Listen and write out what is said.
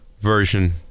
version